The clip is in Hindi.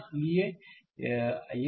इसलिए यह